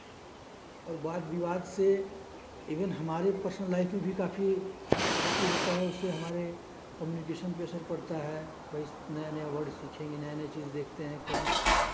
और वाद विवाद से इभेन हमारे पर्सनल लाईफ में भी काफी प्रगति होता है उससे हमारे कम्युनिकेशन पे असर पड़ता है भाई नया नया वर्ड सीखेंगे नया नया चीज़ देखते हैं कौन